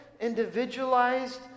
individualized